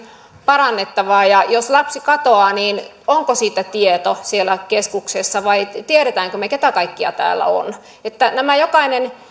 parannettavaa jos lapsi katoaa onko siitä tieto siellä keskuksessa tiedämmekö me keitä kaikkia täällä on jokainen